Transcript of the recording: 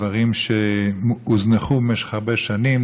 של דברים שהוזנחו במשך הרבה שנים,